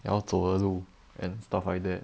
要走的路 and stuff like that